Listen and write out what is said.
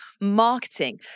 marketing